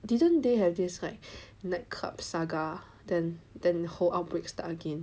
didn't they have this like nightclub saga then then the whole outbreak start again